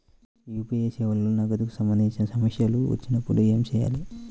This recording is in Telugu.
యూ.పీ.ఐ సేవలలో నగదుకు సంబంధించిన సమస్యలు వచ్చినప్పుడు ఏమి చేయాలి?